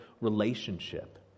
relationship